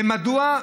ומדוע?